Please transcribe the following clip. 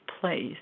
place